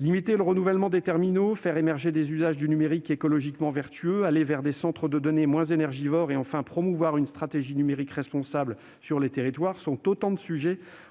Limiter le renouvellement des terminaux, faire émerger des usages du numérique écologiquement vertueux, aller vers des centres de données moins énergivores et promouvoir une stratégie numérique responsable sur les territoires sont autant de sujets